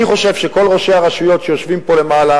אני חושב שכל ראשי הרשויות שיושבים פה למעלה,